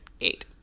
eight